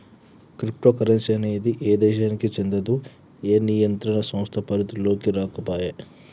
crypto currency అనేది ఏ దేశానికీ చెందదు, ఏ నియంత్రణ సంస్థ పరిధిలోకీ రాకపాయే